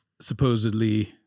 supposedly